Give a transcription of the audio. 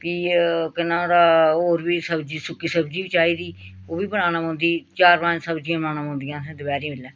फ्ही कन्नै होर बी सब्ज़ी सुक्की सब्ज़ी बी चाहिदी ओह् बी बनाना पौंदी चार पंज सब्जियां बनानियां पौंदियां अहें दपैह्री बेल्लै